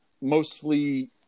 mostly